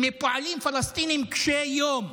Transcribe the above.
מפועלים פלסטינים קשי יום.